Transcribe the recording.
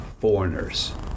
foreigners